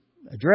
address